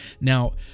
Now